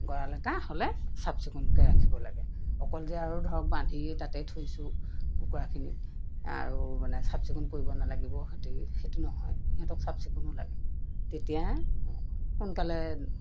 গঁড়াল এটা হ'লে চাফ চিকুণকৈ ৰাখিব লাগে অকল যে আৰু ধৰক বান্ধিয়ে তাতে থৈছোঁ কুকুৰাখিনি আৰু মানে চাফ চিকুণ কৰিব নালাগিব সেইটো সেইটো নহয় সিহঁতক চাফ চিকুণো লাগে তেতিয়া সোনকালে